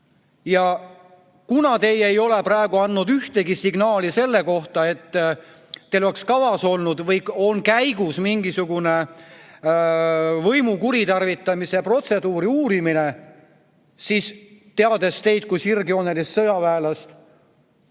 Ja kuna teie ei ole andnud ühtegi signaali selle kohta, et teil oleks kavas olnud või on käimas mingisugune võimu kuritarvitamise protseduuri uurimine, siis tuleks teil – ma tean teid kui sirgjoonelist sõjaväelast